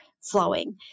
flowing